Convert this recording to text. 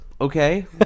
Okay